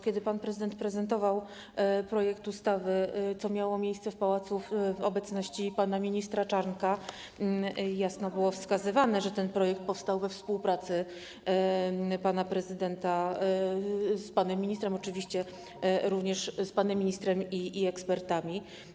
Kiedy pan prezydent prezentował projekt ustawy, co miało miejsce w pałacu w obecności pana ministra Czarnka, jasno było wskazywane, że ten projekt powstał we współpracy pana prezydenta oczywiście z panem ministrem i ekspertami.